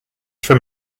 from